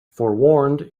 forewarned